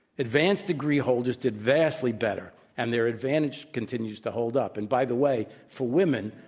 advanced degree holders did vastly better, and their advantage continues to hold up. and by the way, for women,